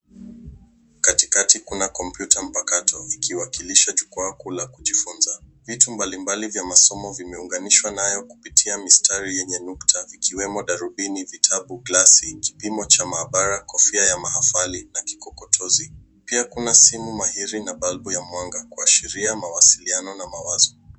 Katikati kuna kompyuta mpakato ikiwakilisha jukwaa kuu la kujifunza. Vitu mbali mbali vya masomo vimeunganishwa nayo kupitia mistari yenye nukta ikiwemo darubini, glasi , kipimo cha maabara, kofia ya mahafali na kikokotozi. Pia kuna simu mahiri na balbu ya mwanga kuashiria mawasiliano na mawazo.